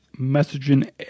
messaging